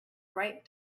bright